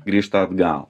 grįžta atgal